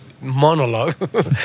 monologue